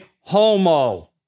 homo